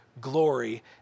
glory